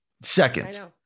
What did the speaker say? Seconds